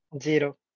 Zero